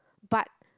but